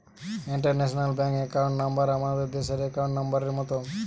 international bank account number আমাদের দেশের account নম্বরের মত